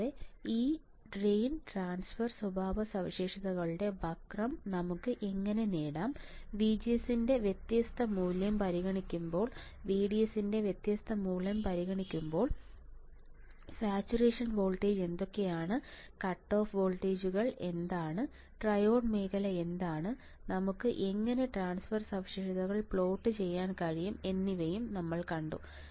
കൂടാതെ ഈ drain transfer സ്വഭാവ സവിശേഷതകളുടെ വക്രം നമുക്ക് എങ്ങനെ നേടാം VGS ന്റെ വ്യത്യസ്ത മൂല്യം പരിഗണിക്കുമ്പോൾ VDS ന്റെ വ്യത്യസ്ത മൂല്യം പരിഗണിക്കുമ്പോൾ സാച്ചുറേഷൻ വോൾട്ടേജ് എന്തൊക്കെയാണ് കട്ട് ഓഫ് വോൾട്ടേജുകൾ എന്താണ് ട്രയോഡ് മേഖല എന്താണ് നമുക്ക് എങ്ങനെ ട്രാൻസ്ഫർ സ്വഭാവസവിശേഷതകൾ പ്ലോട്ട് ചെയ്യാൻ കഴിയും എന്നിവയും നമ്മൾ കണ്ടു